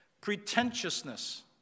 pretentiousness